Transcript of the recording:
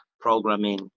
Programming